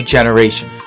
Generation